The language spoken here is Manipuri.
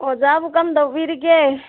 ꯑꯣꯖꯥꯕꯨ ꯀꯔꯝ ꯇꯧꯕꯤꯔꯤꯒꯦ